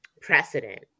precedent